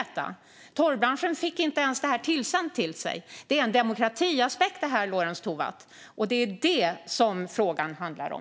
Torvbranschen fick inte ens det här sänt till sig. Det är en demokratiaspekt, Lorentz Tovatt, och det är det som frågan handlar om.